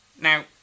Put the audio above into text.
Now